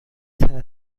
has